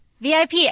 VIP